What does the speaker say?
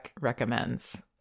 recommends